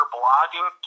blogging